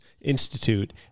Institute